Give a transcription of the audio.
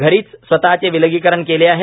घरीच स्वतःचे विलगीकरण केले आहे